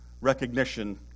recognition